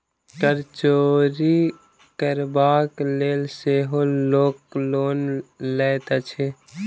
कर चोरि करबाक लेल सेहो लोक लोन लैत अछि